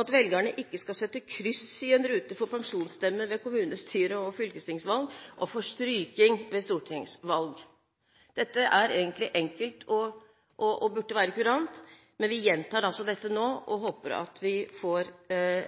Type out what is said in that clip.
at velgerne ikke skal sette kryss i en rute for personstemme ved kommunestyre- og fylkestingsvalg, og for stryking ved stortingsvalg. Dette er egentlig enkelt og burde være kurant, men vi gjentar dette nå og håper at vi får